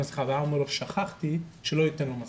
והוא אומר לו שהוא שכח לעטות את המסכה,